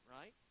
right